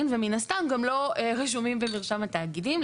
ומן הסתם גם לא רשומים במרשם התאגידים.